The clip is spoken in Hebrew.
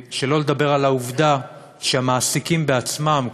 שלא לדבר על העובדה שהמעסיקים עצמם,